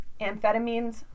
amphetamines